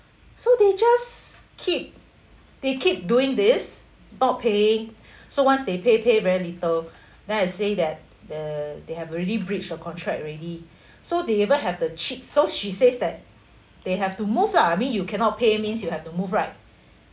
so they just keep they keep doing this not paying so once they pay pay very little then I say that the they have already breach of contract already so they even have the cheek so she says that they have to move lah I mean you cannot pay means you have to move right